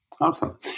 Awesome